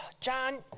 John